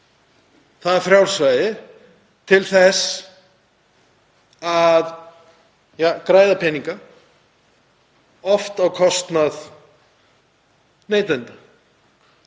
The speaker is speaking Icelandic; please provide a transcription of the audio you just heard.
það frjálsræði til þess að græða peninga, oft á kostnað neytenda.